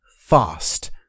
fast